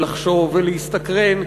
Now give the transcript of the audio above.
ולחשוב ולהסתקרן,